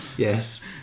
Yes